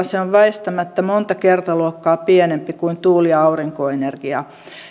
se on väistämättä monta kertaluokkaa pienempi kuin tuuli ja aurinkoenergia